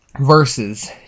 versus